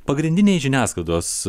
pagrindiniai žiniasklaidos